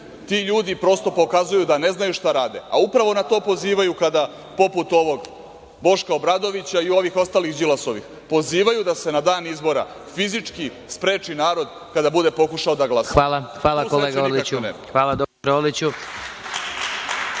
ti ljudi, prosto, pokazuju da ne znaju šta rade, a upravo na to pozivaju kada, poput ovog Boška Obradovića i ovih ostalih Đilasovih, pozivaju da se na dan izbora fizički spreči narod kada bude pokušao da glasa. Tu sreće nikakve nema. **Vladimir